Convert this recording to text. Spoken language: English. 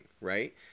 right